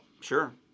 sure